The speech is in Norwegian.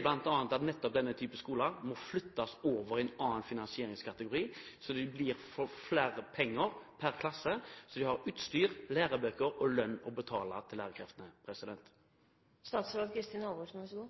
bl.a. ut på at nettopp denne typen skoler må flyttes over i en annen finansieringskategori, slik at de får mer penger per klasse, slik at de har utstyr, lærebøker og lønn å betale til